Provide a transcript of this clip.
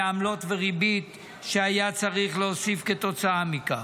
ועמלות וריבית שהיה צריך להוסיף כתוצאה מכך.